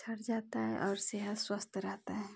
छठ जाता है और सेहत स्वस्थ रहती है